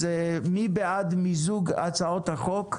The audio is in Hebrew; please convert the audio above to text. אז מי בעד מיזוג הצעות החוק?